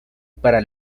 para